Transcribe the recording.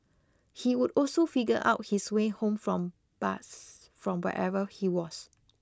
he would also figure out his way home from bus from wherever he was